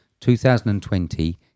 2020